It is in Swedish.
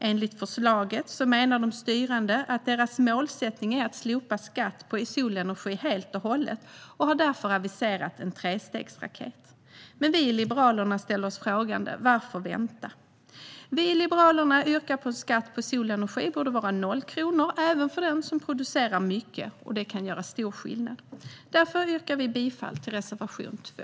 Enligt förslaget menar de styrande att deras målsättning är att slopa skatten på solenergi helt och hållet, och därför har en trestegsraket aviserats. Vi i Liberalerna ställer oss dock frågande - varför vänta? Vi i Liberalerna menar att skatten på solenergi borde vara noll kronor, även för den som producerar mycket. Detta kan göra stor skillnad. Därför yrkar jag bifall till reservation 2.